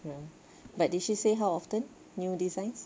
ya but did she say how often new designs